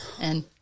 and-